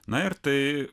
na ir tai